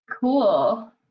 Cool